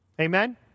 Amen